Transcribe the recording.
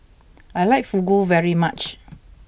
I like Fugu very much